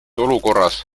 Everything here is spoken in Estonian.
olukorras